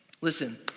Listen